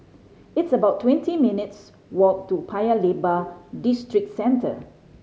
it's about twenty minutes' walk to Paya Lebar Districentre